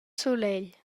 sulegl